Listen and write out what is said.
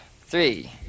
three